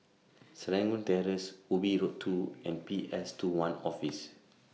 Serangoon Terrace Ubi Road two and P S two one Office